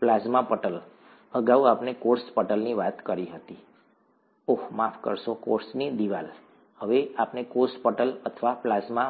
plasma પટલ અગાઉ આપણે કોષ પટલની વાત કરી હતી ઓહ માફ કરશો કોષની દીવાલ હવે આપણે કોષ પટલ અથવા પ્લાઝ્મા